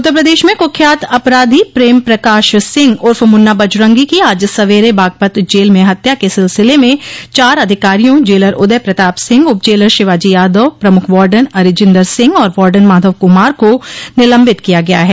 उत्तर प्रदेश में कुख्यात अपराधी प्रेम प्रकाश सिंह उर्फ मुन्ना बजरंगी की आज सवेरे बागपत जेल में हत्या के सिलसिले में चार अधिकारियों जेलर उदय प्रताप सिंह उप जेलर शिवाजी यादव प्रमुख वॉर्डन अरिजिन्दर सिंह और वॉर्डन माधव कुमार को निलंबित किया गया है